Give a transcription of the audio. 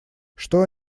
что